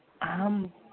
आम्